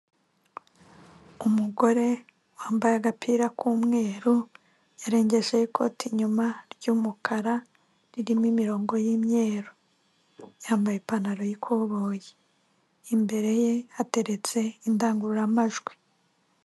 Umugore wambaye agapira k'umweru yarengejeho ikote inyuma ry'umukara ririmo imirongo y'imyeru, yambaye ipantaro yikoboyi, imbere ye hateretse indangururamajwi.